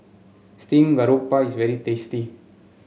Steamed Garoupa is very tasty